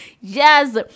yes